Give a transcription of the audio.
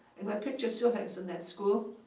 and my picture still hangs in that school.